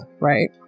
right